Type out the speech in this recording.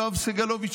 יואב סגלוביץ',